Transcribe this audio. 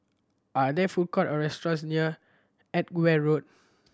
are there food court or restaurants near Edgware Road